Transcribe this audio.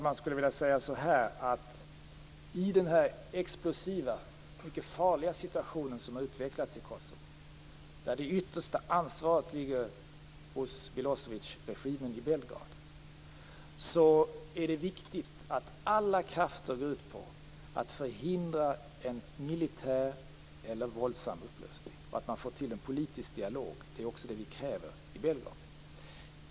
Jag skulle vilja säga att i den explosiva, mycket farliga situation som utvecklats i Kosovo, där det yttersta ansvaret ligger på Milosevicregimen i Belgrad, är det viktigt att alla krafter arbetar för att förhindra en militär eller våldsam upplösning. Det är viktigt att man får till stånd en politisk dialog, och det är vad vi kräver i Belgrad.